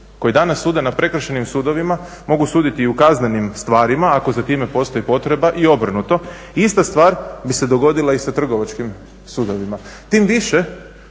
koji danas sude na prekršajnim sudovima mogu suditi i u kaznenim stvarima ako za time postoji potreba i obrnuto ista stvar bi se dogodila i sa trgovačkim sudovima. Tim više,